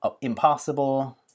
impossible